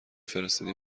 فرستادی